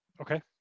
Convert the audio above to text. Okay